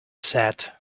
said